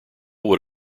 would